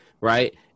right